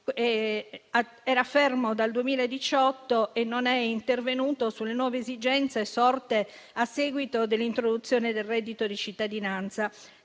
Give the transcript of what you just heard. era fermo dal 2018 e non è intervenuto sulle nuove esigenze sorte a seguito dell'introduzione del reddito di cittadinanza.